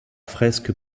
fresque